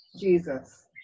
Jesus